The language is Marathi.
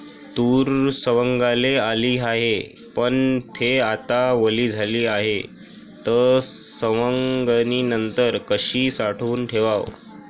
तूर सवंगाले आली हाये, पन थे आता वली झाली हाये, त सवंगनीनंतर कशी साठवून ठेवाव?